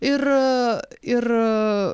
ir ir